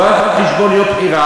לא על חשבון יום בחירה,